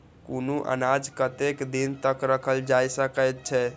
कुनू अनाज कतेक दिन तक रखल जाई सकऐत छै?